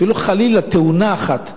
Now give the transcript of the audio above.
אפילו חלילה תאונה אחת.